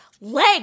Leg